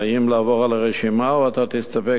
האם לעבור על הרשימה או שאתה תסתפק